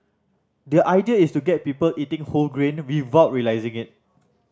the idea is to get people eating whole grain without realising it